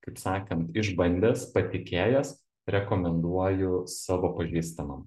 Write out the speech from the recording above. kaip sakant išbandęs patikėjęs rekomenduoju savo pažįstamam